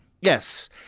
Yes